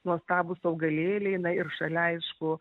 nuostabūs augalėliai na ir šalia aišku